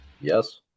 Yes